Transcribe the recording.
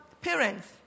parents